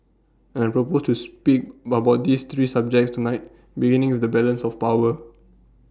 and propose to speak about these three subjects tonight beginning with the balance of power